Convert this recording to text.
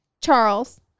Charles